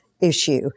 issue